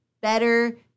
better